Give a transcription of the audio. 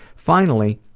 finally,